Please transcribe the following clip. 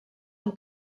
amb